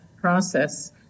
process